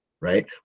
Right